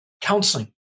counseling